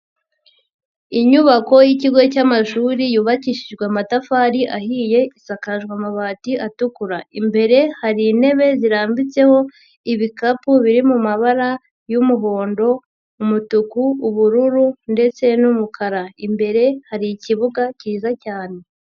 Inyubako y'kigo cy'amashuri yubakishijwe amatafari ahiye, isakaje amabati atukura, imbere hari intebe zirambitseho ibikapu biri mu mabara y'umuhondo, umutuku, ubururu ndetse n'umukara, imbere hari ikibuga cyiza cyane.